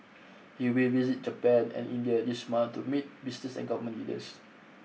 he will visit Japan and India this month to meet business and government leaders